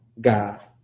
God